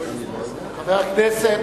חבר הכנסת